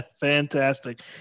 Fantastic